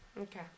Okay